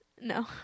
No